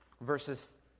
verses